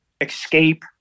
Escape